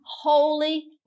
holy